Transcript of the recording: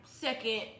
second